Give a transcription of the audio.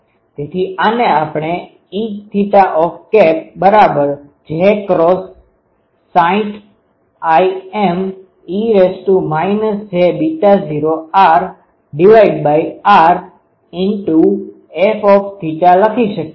તેથી આને આપણે E j×60 Ime j૦rr Fθ લખી શકીએ